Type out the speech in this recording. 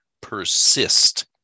persist